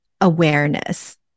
awareness